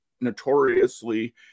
notoriously